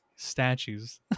statues